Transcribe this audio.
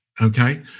okay